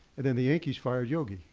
and then the yankees fired yogi.